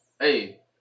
Hey